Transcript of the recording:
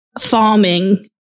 farming